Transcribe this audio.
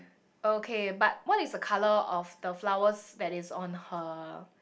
okay but what is the colour of the flowers that is on her